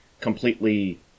completely